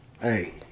Hey